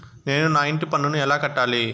నేను నా ఇంటి పన్నును ఎలా కట్టాలి?